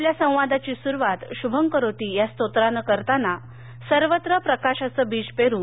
आपल्या संवादाची सुरुवात श्मं करोति या स्त्रोत्राने करताना सर्वत्र प्रकाशाचं बीज पेरू